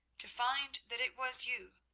to find that it was you,